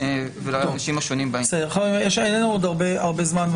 ולאנשים --- אין לנו עוד הרבה זמן,